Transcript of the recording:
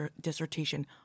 dissertation